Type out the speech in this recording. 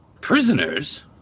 Prisoners